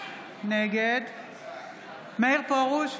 נגד מאיר פרוש,